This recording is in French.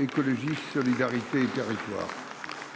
Écologiste solidarité et. Merci,